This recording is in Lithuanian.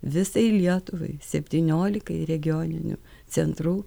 visai lietuvai septyniolikai regioninių centrų